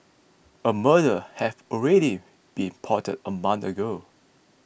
a murder had already been plotted a month ago